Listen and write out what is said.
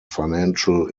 financial